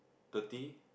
thirty